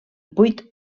vuit